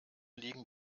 liegen